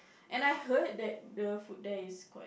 and I heard that the food there is quite